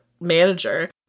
manager